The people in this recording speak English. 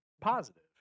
positive